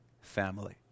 family